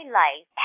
life